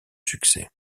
succès